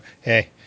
Hey